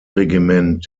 regiment